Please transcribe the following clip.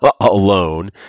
alone